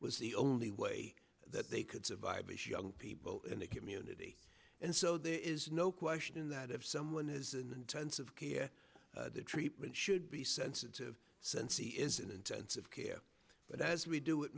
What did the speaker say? was the only way that they could survive as young people in that community and so there is no question that if someone has an intensive care the treatment should be sensitive sensi is in intensive care but as we do it